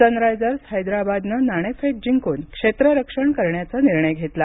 Sunrisers हैदराबादनं नाणेफेक जिंकून क्षेत्ररक्षण करण्याचा निर्णय घेतला